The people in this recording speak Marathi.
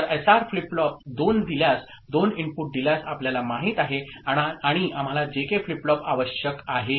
तर एसआर फ्लिप फ्लॉप दोन दिल्यास दोन इनपुट दिल्यास आपल्याला माहित आहे आणि आम्हाला जेके फ्लिप फ्लॉप आवश्यक आहे